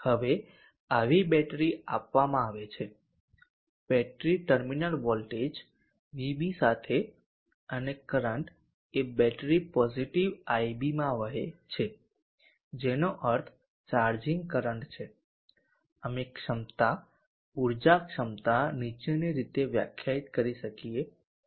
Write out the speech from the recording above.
હવે આવી બેટરી આપવામાં આવે છે ટર્મિનલ વોલ્ટેજ vb સાથે અને કરંટ એ બેટરી પોઝિટિવ ib માં વહે છે જેનો અર્થ ચાર્જિંગ કરંટ છે અમે ક્ષમતા ઊર્જા ક્ષમતા નીચેની રીતે વ્યાખ્યાયિત કરી શકીએ છીએ